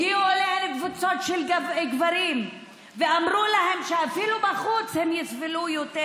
הגיעו אליהן קבוצות של גברים ואמרו להן שאפילו בחוץ הן יסבלו יותר,